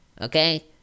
okay